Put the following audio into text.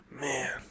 man